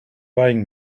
buying